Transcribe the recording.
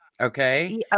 okay